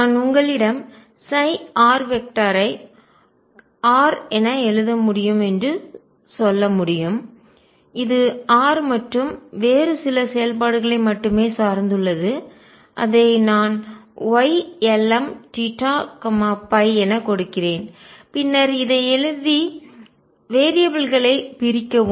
நான் உங்களிடம் r ஐ R என எழுத முடியும் என்று சொல்ல முடியும் இது r மற்றும் வேறு சில செயல்பாடுகளை மட்டுமே சார்ந்துள்ளது அதை நான் Ylmθϕ என கொடுக்கிறேன் பின்னர் இதை எழுதி வேரியபில் களைப் மாறிகளைப் பிரிக்கவும்